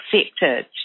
accepted